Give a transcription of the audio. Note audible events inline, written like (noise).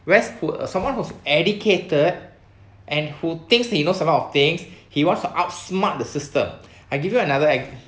whereas who someone who's educated and who thinks he knows a lot of things he wants to outsmart the system (breath) I give you another ex~